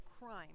crime